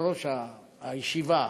יושב-ראש הישיבה,